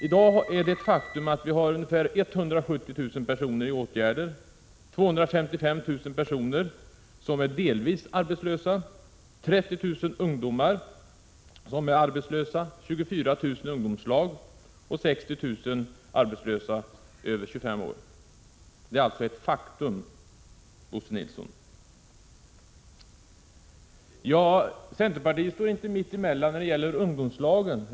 I dag är det ett faktum att ungefär 170 000 personer är föremål för åtgärder. 255 000 personer är delvis arbetslösa. 30 000 ungdomar är arbetslösa, och 24 000 ingår i ungdomslag. Vidare är 60 000 personer över 25 år arbetslösa. Detta är alltså fakta, Bo Nilsson. Centern står inte mitt emellan på något sätt när det gäller ungdomslagen.